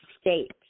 state